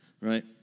right